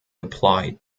applied